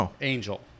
angel